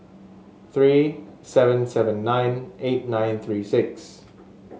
three seven seven nine eight nine six three